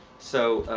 so,